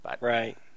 Right